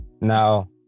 Now